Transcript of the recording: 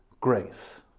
grace